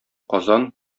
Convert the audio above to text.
казан